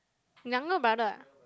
younger brother ah